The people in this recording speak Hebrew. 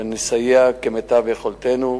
ונסייע כמיטב יכולתנו.